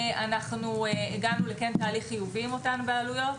הגענו לתהליך חיובי עם אותן בעלויות,